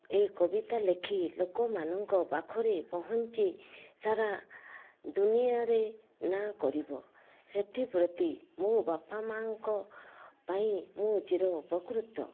ଏ କବିତା ଲେଖି ଲୋକମାନଙ୍କ ପାଖରେ ପହଞ୍ଚି ସାରା ଦୁନିଆରେ ନାଁ କରିବ ସେଥିପ୍ରତି ମୋ ବାପା ମାଙ୍କ ପାଇଁ ମୁଁ ଚିରୋପକୃତ